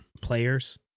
players